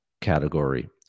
category